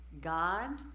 God